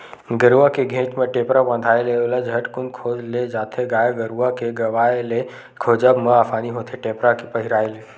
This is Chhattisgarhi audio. गरुवा के घेंच म टेपरा बंधाय ले ओला झटकून खोज ले जाथे गाय गरुवा के गवाय ले खोजब म असानी होथे टेपरा के पहिराय ले